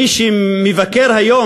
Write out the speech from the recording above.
מי שמבקר היום